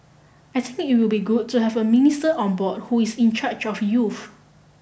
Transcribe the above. I think it will be good to have a minister on board who is in charge of youth